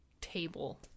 table